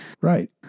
right